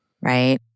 right